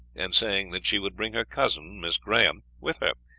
and saying that she would bring her cousin, miss graham, with her,